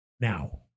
Now